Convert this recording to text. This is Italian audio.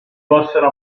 possono